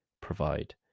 provide